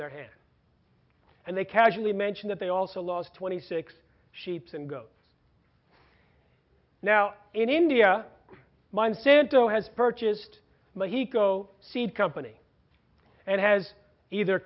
their hands and they casually mention that they also lost twenty six sheeps and go now in india monsanto has purchased but he could go seed company and has either